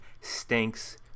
stinks